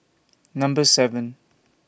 Number seven